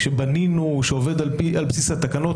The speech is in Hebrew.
שבנינו שעובד על בסיס התקנות.